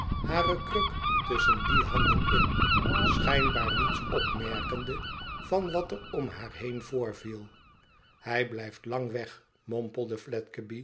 hare kruk tusschen die handen in schijnbaar niets opmerkende van wat er om haar heen voorviel hij blijft lang weg